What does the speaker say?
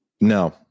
No